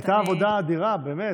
הייתה עבודה אדירה, באמת.